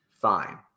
fine